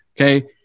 okay